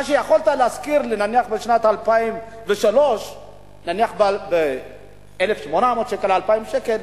מה שיכולת לשכור בשנת 2003 נניח ב-1,800 שקל או 2,000 שקל,